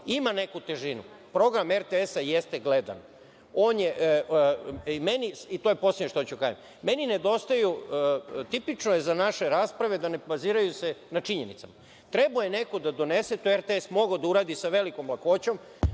ima neku težinu. Program RTS-a jeste gledan. To je poslednje što hoću da kažem. Meni nedostaju, tipično je za naše rasprave da se ne baziraju na činjenicama. Trebao je neko da donese, to je RTS mogao da uradi sa velikom lakoćom,